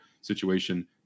situation